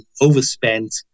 overspent